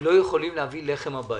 לא יכולים להביא לחם הביתה.